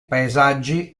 paesaggi